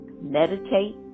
meditate